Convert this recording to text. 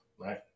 Right